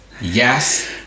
yes